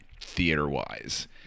theater-wise